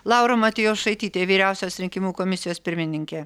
laura matjošaitytė vyriausiosios rinkimų komisijos pirmininkė